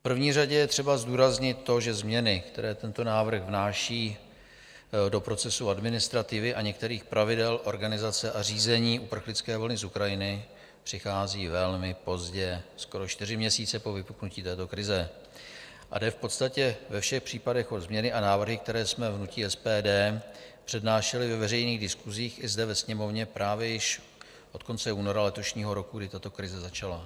V první řadě je třeba zdůraznit to, že změny, které tento návrh vnáší do procesu administrativy a některých pravidel organizace a řízení uprchlické vlny z Ukrajiny, přichází velmi pozdě, skoro čtyři měsíce po vypuknutí této krize, a jde v podstatě ve všech případech o změny a návrhy, které jsme v hnutí SPD přednášeli ve veřejných diskusích i zde ve Sněmovně právě již od konce února letošního roku, kdy tato krize začala.